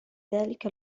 ذلك